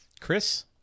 Chris